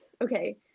Okay